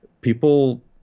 people